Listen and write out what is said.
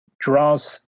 draws